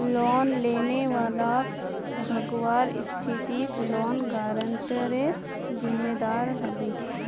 loan लेने वालाक भगवार स्थितित लोन गारंटरेर जिम्मेदार ह बे